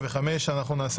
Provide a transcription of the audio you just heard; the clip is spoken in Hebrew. חוק ומשפט פה אחד ההצעה נתקבלה.